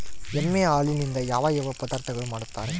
ಎಮ್ಮೆ ಹಾಲಿನಿಂದ ಯಾವ ಯಾವ ಪದಾರ್ಥಗಳು ಮಾಡ್ತಾರೆ?